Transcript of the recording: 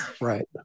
Right